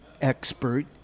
expert